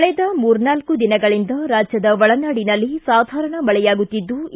ಕಳೆದ ಮೂರ್ನಾಲ್ಲು ದಿನಗಳಿಂದ ರಾಜ್ಯದ ಒಳನಾಡಿನಲ್ಲಿ ಸಾಧಾರಣ ಮಳೆಯಾಗುತ್ತಿದ್ಲು